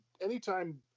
anytime